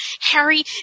Harry